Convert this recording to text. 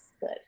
good